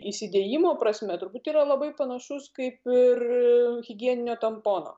įsidėjimo prasme turbūt yra labai panašus kaip ir higieninio tampono